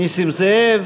נסים זאב.